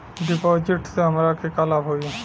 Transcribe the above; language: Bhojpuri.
डिपाजिटसे हमरा के का लाभ होई?